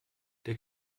der